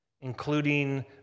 including